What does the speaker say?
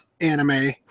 anime